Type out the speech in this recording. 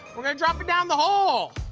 we're gonna drop it down the hole.